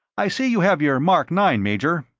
i see you have your mark nine, major,